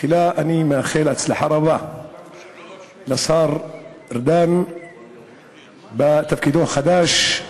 תחילה אני מאחל הצלחה רבה לשר ארדן בתפקידו החדש.